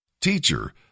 Teacher